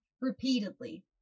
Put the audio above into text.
repeatedly